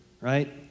right